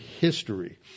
history